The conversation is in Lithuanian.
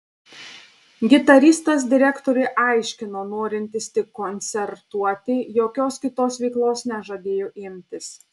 gitaristas direktoriui aiškino norintis tik koncertuoti jokios kitos veiklos nežadėjo imtis